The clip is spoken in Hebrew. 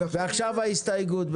ועכשיו ההסתייגות,